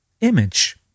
image